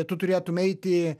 tu turėtum eiti